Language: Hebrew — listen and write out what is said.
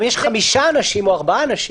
זה גם אם יש חמישה אנשים או ארבעה אנשים.